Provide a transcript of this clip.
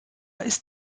ist